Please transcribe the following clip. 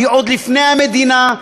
לפני המדינה,